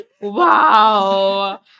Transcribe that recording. Wow